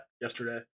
yesterday